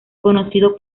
conocido